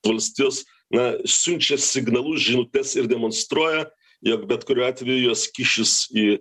valstijos na siunčia signalus žinutes ir demonstruoja jog bet kuriuo atveju jos kišis į